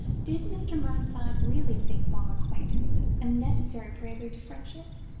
did mr. mernside really think long acquaintance a necessary prelude to friendship?